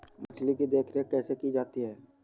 मछली की देखरेख कैसे की जाती है?